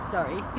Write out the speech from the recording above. Sorry